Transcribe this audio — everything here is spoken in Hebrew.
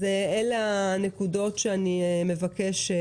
אלה הנקודות שאני מבקשת.